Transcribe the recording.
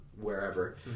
wherever